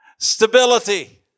Stability